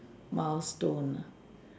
milestone